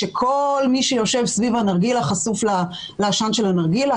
כשכל מי שיושב סביב הנרגילה חשוף לעשן הנרגילה,